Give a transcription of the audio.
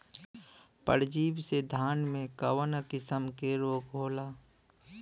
परजीवी से धान में कऊन कसम के रोग होला?